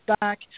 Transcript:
back